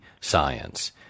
science